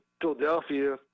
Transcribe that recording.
Philadelphia